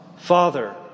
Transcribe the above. Father